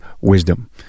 wisdom